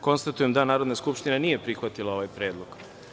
Konstatujem da Narodna skupština nije prihvatila ovaj predlog.